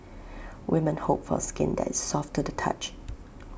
women hope for skin that is soft to the touch